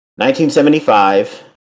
1975